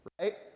right